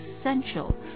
essential